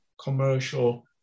commercial